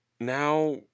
now